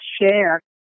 share